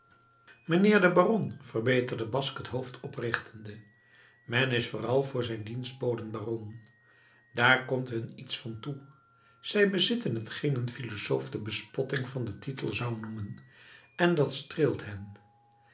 mijnheer de baron verbeterde basque het hoofd oprichtende men is vooral voor zijn dienstboden baron daar komt hun iets van toe zij bezitten hetgeen een philosoof de bespotting van den titel zou noemen en dat streelt hen